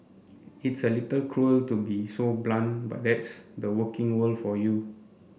it's a little cruel to be so blunt but that's the working world for you